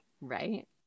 right